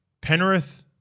Penrith